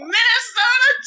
Minnesota